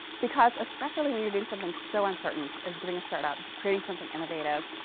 because especially when you're doing something so uncertain as doing a startup, creating something innovative,